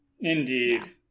Indeed